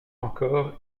encore